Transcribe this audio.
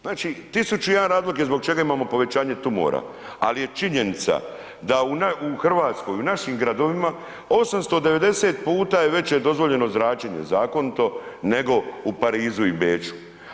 Znači 1001 razlog je zbog čega imamo povećanje tumora, ali je činjenica, da u Hrvatskoj, u našim gradovima, 890 puta je veće dozvoljeno zračenje, zakonito, nego u Parizu i Beču.